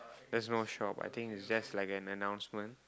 there's no shop I think it's just like an announcement